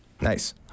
Nice